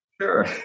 Sure